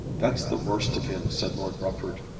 that's the worst of him, said lord rufford.